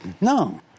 No